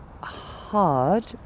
hard